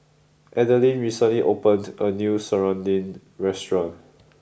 Adelyn recently opened a new Serunding restaurant